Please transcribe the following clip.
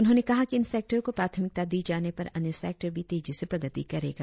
उन्होंने कहा कि इन सेक्टरों को प्राथमिकता दी जाने पर अन्य सेक्टर भी तेजी से प्रगति करेंगा